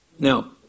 Now